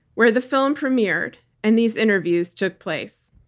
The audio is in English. where the film premiered and these interviews took place.